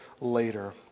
later